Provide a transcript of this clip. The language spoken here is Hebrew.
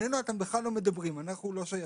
עליהם אתם בכלל לא מדברים, אנחנו לא שייכים.